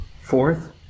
Fourth